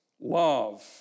love